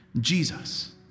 Jesus